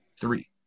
three